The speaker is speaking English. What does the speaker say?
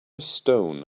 stone